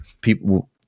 people